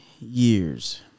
years